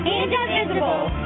indivisible